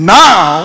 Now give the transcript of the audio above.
now